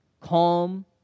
calm